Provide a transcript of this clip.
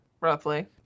Roughly